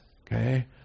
okay